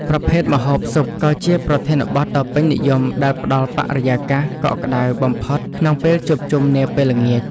ប្រភេទម្ហូប ស៊ុប ក៏ជាប្រធានបទដ៏ពេញនិយមដែលផ្ដល់បរិយាកាសកក់ក្ដៅបំផុតក្នុងពេលជួបជុំនាពេលល្ងាច។